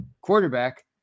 quarterback